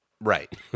Right